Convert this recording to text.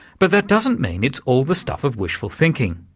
but that doesn't mean it's all the stuff of wishful thinking.